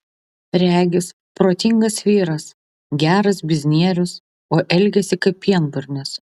regis protingas vyras geras biznierius o elgiasi kaip pienburnis